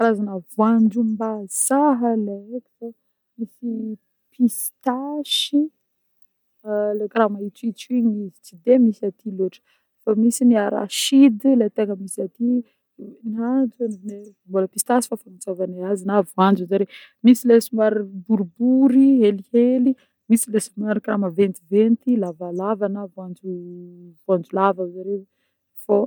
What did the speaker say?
Karazagna voanjom-bazaha le eky zô: misy pistachy a-le kara mahitsohitso igny izy tsy de misy aty loatra, fa misy ny arachide le tegna misy aty na antsovaneh mbôla pistasy fô fagnantsovaneh azy na voanjo ozinjare, misy le somary boribory helihely, misy le somary kara maventiventy lavalava na voanjo voanjo lava ozinjareo.